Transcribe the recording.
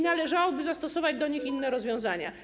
Należałoby zastosować wobec nich inne rozwiązania.